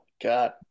God